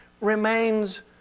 remains